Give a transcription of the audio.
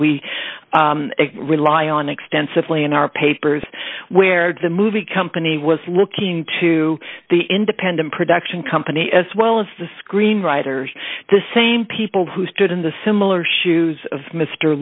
we rely on extensively in our papers where the movie company was looking to the independent production company as well as the screenwriters the same people who stood in the similar shoes of mr